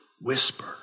whisper